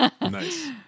Nice